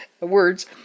words